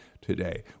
today